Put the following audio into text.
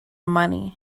money